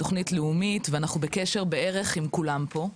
תוכנית לאומית ואנחנו בקשר בערך עם כולם פה.